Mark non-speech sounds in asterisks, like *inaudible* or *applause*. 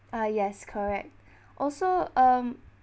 ah yes correct *breath* also um